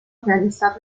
realizar